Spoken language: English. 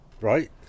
Right